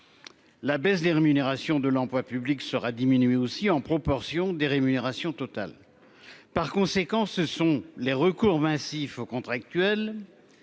La baisse des rémunérations de l'emploi public sera diminué aussi en proportion des rémunérations totales. Par conséquent ce sont les recours massif aux contractuels.